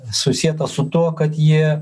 susieta su tuo kad jie